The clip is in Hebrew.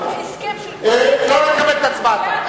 מתוך הסכם של קואליציה, לא לקבל את הצבעתה.